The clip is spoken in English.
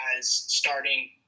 starting